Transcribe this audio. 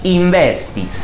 investi